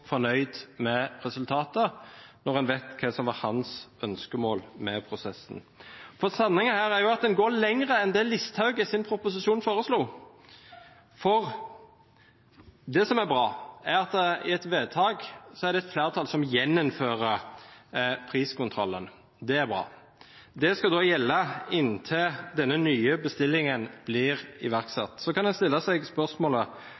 fornøyd med resultatet, når en vet hva som var hans ønskemål med prosessen. For sannheten her er at en går lenger enn det Listhaug i sin proposisjon foreslo. Det som er bra, er at i et vedtak er det et flertall som gjeninnfører priskontrollen. Det er bra. Det skal da gjelde inntil denne nye bestillingen blir iverksatt. Så kan en stille seg spørsmålet